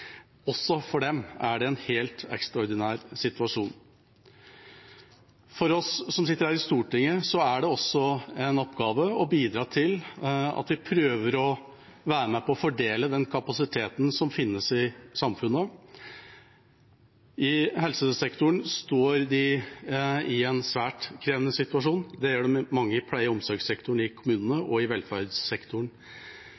Også for dem er det en helt ekstraordinær situasjon. For oss som sitter her i Stortinget, er det også en oppgave å bidra til at vi prøver å være med på å fordele den kapasiteten som finnes i samfunnet. I helsesektoren står de i en svært krevende situasjon. Det gjør også mange i pleie- og omsorgssektoren i kommunene